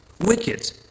Wicked